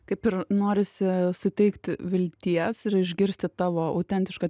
kaip ir norisi suteikt vilties ir išgirsti tavo autentišką